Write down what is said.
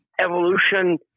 Evolution